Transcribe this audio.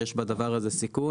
אנחנו חושבים שיש בדבר הזה סיכון,